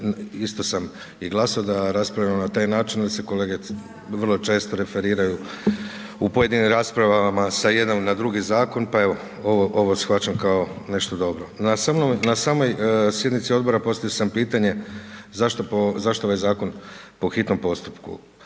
isto sam i glasao da raspravljamo na taj način, onda se kolege vrlo često referiraju u pojedinim raspravama sa jedan na drugi Zakon, pa evo ovo shvaćam kao nešto dobro. Na samoj sjednici Odbora postavio sam pitanje zašto po, zašto ovaj Zakon po hitnom postupku,